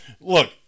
Look